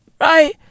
Right